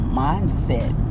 mindset